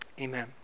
amen